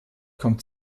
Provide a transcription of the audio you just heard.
kommt